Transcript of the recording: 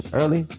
early